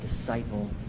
disciple